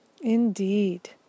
Indeed